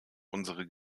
unsere